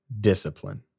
Discipline